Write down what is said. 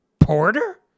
Porter